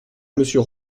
monsieur